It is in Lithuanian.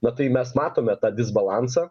na tai mes matome tą disbalansą